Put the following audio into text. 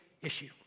issue